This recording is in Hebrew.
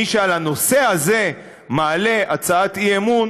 מי שעל הנושא הזה מעלה הצעת אי-אמון,